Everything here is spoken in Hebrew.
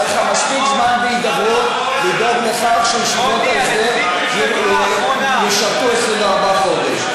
היה לך מספיק זמן בהידברות לדאוג לכך שישיבות ההסדר ישרתו 24 חודש.